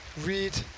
Read